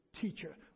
teacher